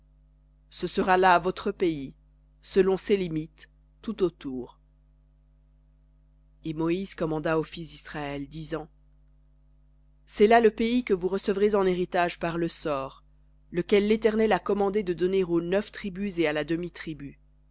ce sera là votre pays selon ses limites tout autour et moïse commanda aux fils d'israël disant c'est là le pays que vous recevrez en héritage par le sort lequel l'éternel a commandé de donner aux neuf tribus et à la demi-tribu